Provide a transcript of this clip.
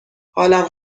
حالم